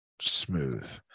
smooth